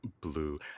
blue